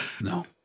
no